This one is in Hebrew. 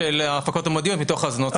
להפקות המודיעיניות מתוך האזנות הסתר.